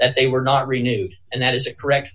that they were not renewed and that is a correct